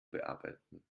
bearbeiten